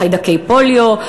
חיידקי פוליו,